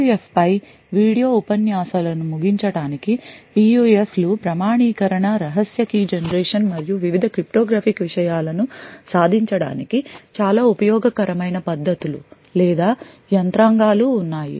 PUF పై video ఉపన్యాసాలను ముగించడానికి PUF లు ప్రామాణీకరణ రహస్య key generation మరియు వివిధ క్రిప్టోగ్రాఫిక్ విషయాలను సాధించడానికి చాలా ఉపయోగకరమైన పద్ధతులు లేదా యంత్రాంగాలు ఉన్నాయి